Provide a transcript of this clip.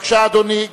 בבקשה, אדוני.